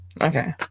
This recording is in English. Okay